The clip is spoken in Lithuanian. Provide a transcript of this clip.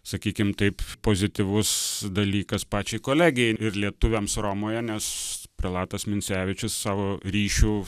sakykim taip pozityvus dalykas pačiai kolegijai ir lietuviams romoje nes prelatas minsevičius savo ryšių